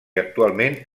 actualment